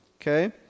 Okay